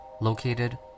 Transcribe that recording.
located